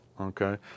okay